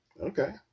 Okay